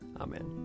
Amen